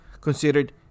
considered